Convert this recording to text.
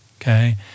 okay